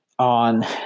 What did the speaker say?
on